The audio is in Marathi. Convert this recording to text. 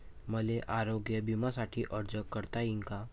मले आरोग्य बिम्यासाठी अर्ज करता येईन का?